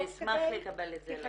אשמח לקבל את זה לידיי.